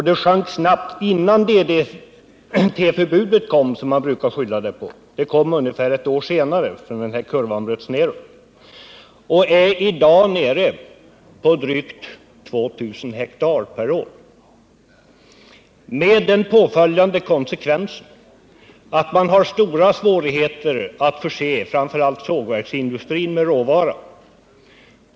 Det skedde redan innan vi fick DDT-förbudet, som man ju brukar skylla på. Det förbudet kom ungefär ett år efter det att kurvan hade börjat peka nedåt. I dag är man nere på en avverkning på drygt 2 000 hektar per år. Detta har fått konsekvensen att det är stora svårigheter att förse framför allt sågverksindustrin med råvara.